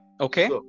okay